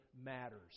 matters